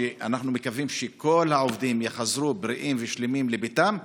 אנחנו מקווים שכל העובדים יחזרו בריאים ושלמים לביתם.